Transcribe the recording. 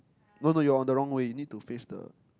no no you're on the wrong way you need to face the